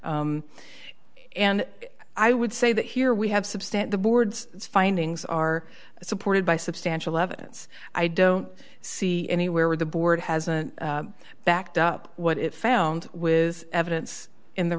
and i would say that here we have substantial boards its findings are supported by substantial evidence i don't see anywhere where the board hasn't backed up what it found with evidence in the